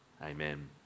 Amen